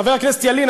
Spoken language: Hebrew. חבר הכנסת ילין,